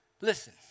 listen